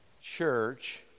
church